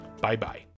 Bye-bye